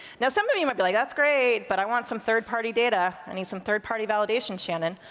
now some of you might be like, that's great, but i want some third party data. i need some third party validation, shannon.